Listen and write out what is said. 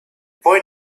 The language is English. boy